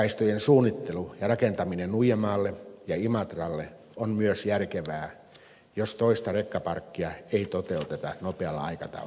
rekkakaistojen suunnittelu ja rakentaminen nuijamaalle ja imatralle on myös järkevää jos toista rekkaparkkia ei toteuteta nope alla aikataululla